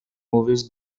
movies